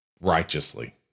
righteously